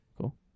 Cool